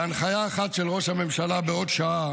בהנחיה אחת של ראש הממשלה, בעוד שעה